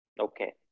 Okay